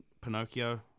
Pinocchio